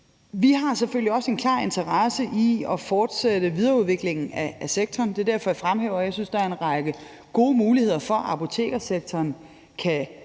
Vi har selvfølgelig også en klar interesse i at fortsætte videreudviklingen af sektoren. Det er derfor, jeg fremhæver, at jeg synes, at der er en række gode muligheder for, at apotekssektoren og